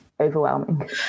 Overwhelming